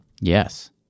Yes